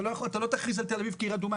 אתה לא תכריז על תל אביב כעיר אדומה,